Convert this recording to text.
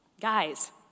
Guys